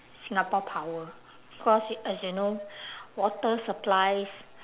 singapore power cause as you know water supplies